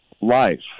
life